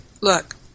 look